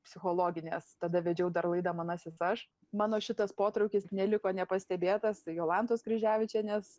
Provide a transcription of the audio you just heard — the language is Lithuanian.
psichologinės tada vedžiau dar laidą manasis aš mano šitas potraukis neliko nepastebėtas tai jolantos kryževičienės